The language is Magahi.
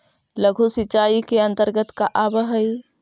लघु सिंचाई के अंतर्गत का आव हइ?